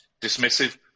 Dismissive